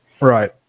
Right